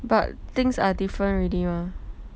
but things are different already mah